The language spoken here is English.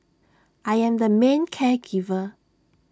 I am the main care giver